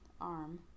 arm